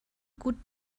gut